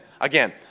Again